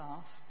asked